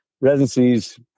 residencies